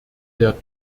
der